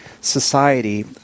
society